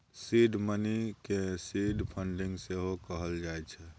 seed money केँ seed funding सेहो कहल जाइ छै